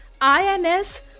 INS